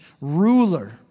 ruler